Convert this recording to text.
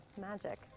Magic